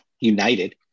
united